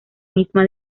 misma